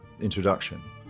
introduction